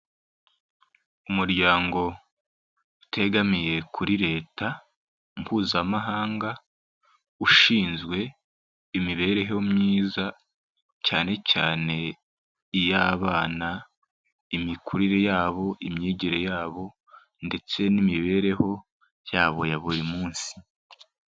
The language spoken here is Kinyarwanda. Umuryango utegamiye kuri leta mpuzamahanga ushinzwe imibereho myiza cyane cyane iy'abana; imikurire y'abo, imyigire y'abo, ndetse n'imibereho yabo ya buri munsi.